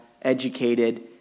educated